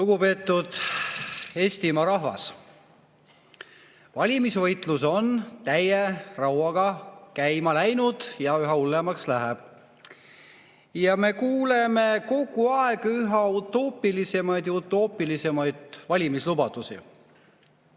Lugupeetud Eestimaa rahvas! Valimisvõitlus on täie rauaga käima läinud ja üha hullemaks läheb. Me kuuleme kogu aeg üha utoopilisemaid ja utoopilisemaid valimislubadusi.